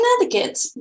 Connecticut